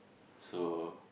so